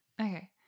Okay